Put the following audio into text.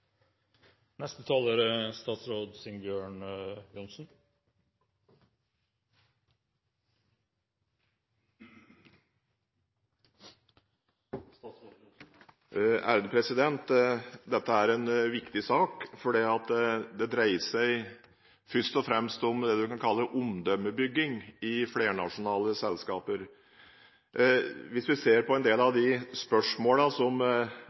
Dette er en viktig sak, for det dreier seg først og fremst om det man kan kalle omdømmebygging i flernasjonale selskaper. Hvis vi ser på en del av de spørsmålene som